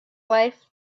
life